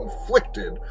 inflicted